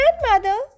Grandmother